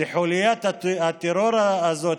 לחוליית הטרור הזאת,